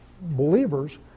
believers